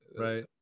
Right